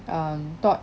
um taught